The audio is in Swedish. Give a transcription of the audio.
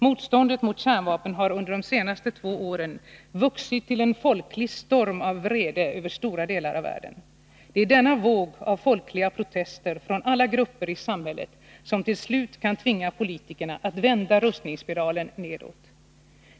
Motståndet mot kärnvapen har under de senaste två åren vuxit till en folklig storm av vrede över stora delar av världen. Det är denna våg av folkliga protester från alla grupper i samhället som till slut kan tvinga politikerna att vända rustningsspiralen nedåt.